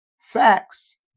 facts